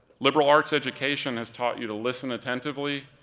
liberal arts education has taught you to listen attentively,